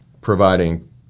Providing